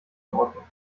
ordnung